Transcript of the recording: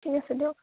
ঠিক আছে দিয়ক